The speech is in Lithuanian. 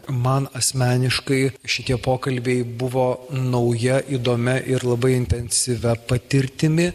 man asmeniškai šitie pokalbiai buvo nauja įdomia ir labai intensyvia patirtimi